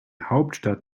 hauptstadt